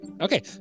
Okay